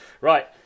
Right